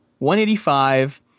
185